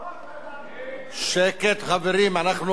שקט, חברים, אנחנו באמצע הצבעה.